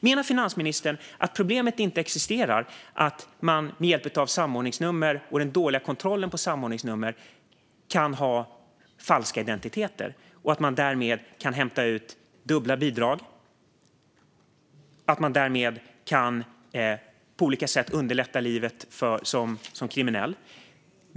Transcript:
Menar finansministern att det inte existerar ett problem med att man med hjälp av samordningsnummer och den dåliga kontrollen av samordningsnummer kan ha falska identiteter, att man därmed kan hämta ut dubbla bidrag och att man därmed på olika sätt kan underlätta livet som kriminell?